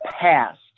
past